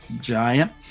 giant